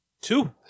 two